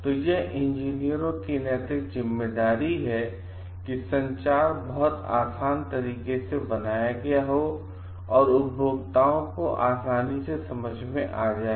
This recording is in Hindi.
तो यह इंजीनियरों की नैतिक जिम्मेदारी है कि संचार बहुत आसान तरीके से बनाया गया हो और उपभोक्ताओं को आसानी से समझ में आ जाये